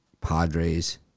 Padres